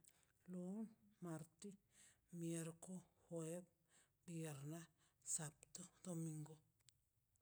Lun marti miercu juev viern sabado domingu